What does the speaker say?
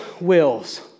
wills